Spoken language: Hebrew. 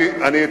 אני מקווה,